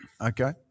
Okay